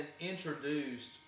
introduced